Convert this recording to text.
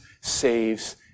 saves